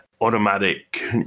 automatic